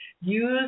use